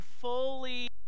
fully